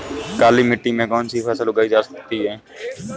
काली मिट्टी में कौनसी फसलें उगाई जा सकती हैं?